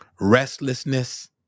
restlessness